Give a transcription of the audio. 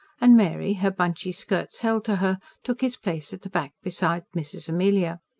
and mary, her bunchy skirts held to her, took his place at the back beside mrs. amelia.